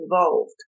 involved